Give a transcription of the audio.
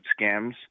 scams